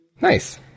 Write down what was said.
Nice